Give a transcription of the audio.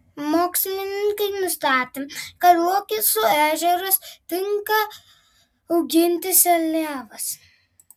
mokslininkai nustatė kad luokesų ežeras tinka auginti seliavas